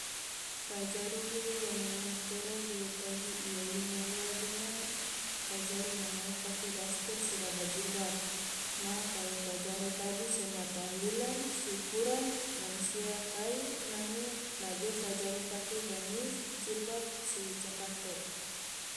fajaru ge wangemoi tora ge tagi iya ino ua gena fajaru mangai pake daster sedaba jilbab, maha kalo fajaru tagi sema tahlilan, syukuran, mansia kai nange nage fajaru pake gamis jilbab secapato.